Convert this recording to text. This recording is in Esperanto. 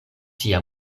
sia